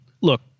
Look